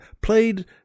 played